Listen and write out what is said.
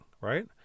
right